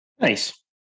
nice